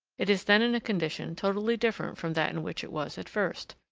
it is then in a condition totally different from that in which it was at first.